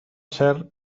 ser